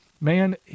man